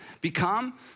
become